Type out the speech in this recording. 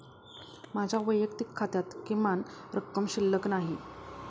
माझ्या वैयक्तिक खात्यात किमान रक्कम शिल्लक नाही